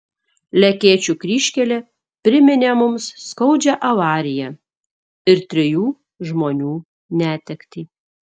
lekėčių kryžkelė priminė mums skaudžią avariją ir trijų žmonių netektį